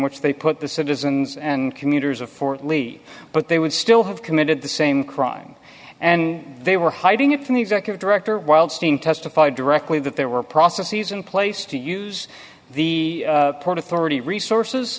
which they put the citizens and commuters of fort lee but they would still have committed the same crying and they were hiding it from the executive director wildstein testified directly that there were processes in place to use the port authority resources